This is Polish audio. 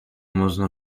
można